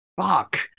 Fuck